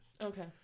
okay